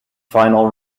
final